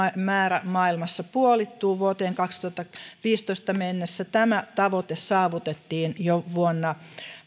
määrä maailmassa puolittuu vuoteen kaksituhattaviisitoista mennessä saavutettiin jo vuonna